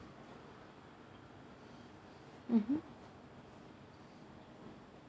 mmhmm